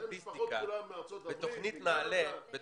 בני משפחות מארצות הברית, קנדה, על מה אתם מדברים?